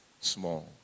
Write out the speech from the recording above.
small